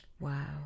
Wow